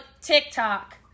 TikTok